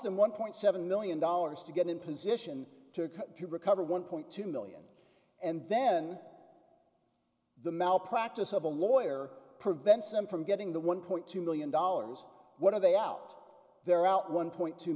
them one point seven million dollars to get in position to recover one point two million and then the malpractise of a lawyer prevents him from getting the one point two million dollars what are they out there out one point two